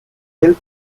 del